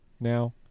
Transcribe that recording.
now